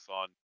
on